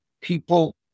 people